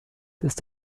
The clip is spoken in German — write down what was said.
ist